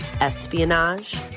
espionage